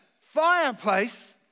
fireplace